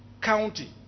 county